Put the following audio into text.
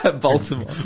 Baltimore